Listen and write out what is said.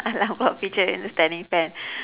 alarm clock feature in the standing fan